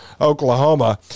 Oklahoma